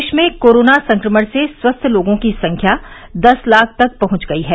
देश में कोरोना संक्रमण से स्वस्थ लोगों की संख्या दस लाख तक पहुंच गई है